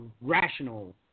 rational